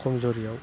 खमजुरिआव